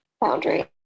boundary